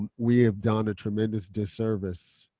we have done a tremendous disservice.